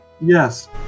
Yes